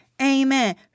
Amen